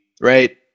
right